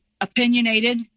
Opinionated